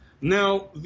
Now